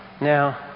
Now